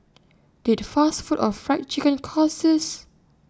did fast food or Fried Chicken cause this